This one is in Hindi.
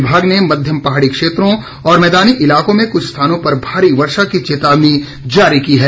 विभाग ने मध्यम पहाड़ी क्षेत्रों और मैदानी इलाकों में कुछ स्थानों पर भारी वर्षा की चेतावनी जारी की है